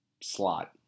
slot